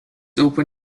open